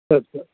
சரி சரி